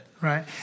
Right